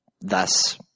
thus